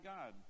God